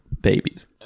babies